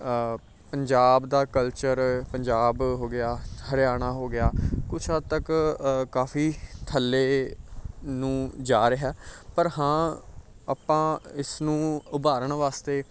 ਪੰਜਾਬ ਦਾ ਕਲਚਰ ਪੰਜਾਬ ਹੋ ਗਿਆ ਹਰਿਆਣਾ ਹੋ ਗਿਆ ਕੁਛ ਹੱਦ ਤੱਕ ਕਾਫੀ ਥੱਲੇ ਨੂੰ ਜਾ ਰਿਹਾ ਪਰ ਹਾਂ ਆਪਾਂ ਇਸ ਨੂੰ ਉਭਾਰਨ ਵਾਸਤੇ